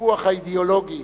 הוויכוח האידיאולוגי